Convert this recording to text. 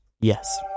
yes